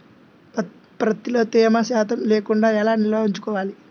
ప్రత్తిలో తేమ శాతం లేకుండా ఎలా నిల్వ ఉంచుకోవాలి?